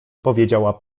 powiedziała